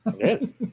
Yes